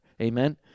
Amen